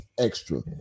extra